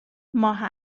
ماه